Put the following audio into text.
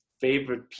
favorite